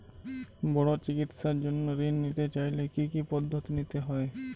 বড় চিকিৎসার জন্য ঋণ নিতে চাইলে কী কী পদ্ধতি নিতে হয়?